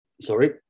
sorry